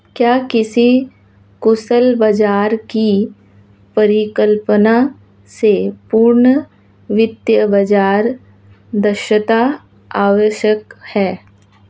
क्या किसी कुशल बाजार की परिकल्पना से पूर्व वित्तीय बाजार दक्षता आवश्यक है?